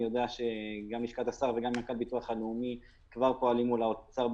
אני יודע שגם לשכת השר וגם מנכ"ל ביטוח לאומי פועלים מול האוצר,